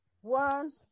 One